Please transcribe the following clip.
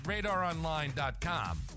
RadarOnline.com